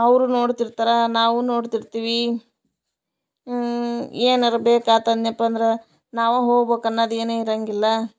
ಅವರೂ ನೋಡ್ತಿರ್ತಾರೆ ನಾವು ನೋಡ್ತಿರ್ತೀವಿ ಏನಾದ್ರು ಬೇಕಾತು ಅಂದ್ನ್ಯ ಪ್ಪ ಅಂದ್ರೆ ನಾವೇ ಹೋಗ್ಬಕು ಅನ್ನೋದ್ ಏನೂ ಇರಂಗಿಲ್ಲ